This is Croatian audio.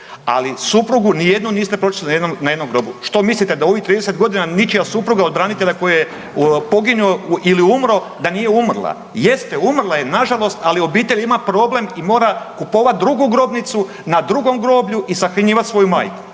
Ali suprugu ni jednu niste pročitali na jednom grobu. Što mislite da u ovih 30 godina ničija supruga od branitelja koji je poginuo ili umro nije umrla? Jeste, umrla je na žalost ali obitelj ima problem i mora kupovati drugu grobnicu na drugom groblju i sahranjivati svoju majku,